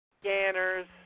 scanners